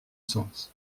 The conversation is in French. sens